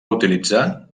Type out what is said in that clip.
utilitzar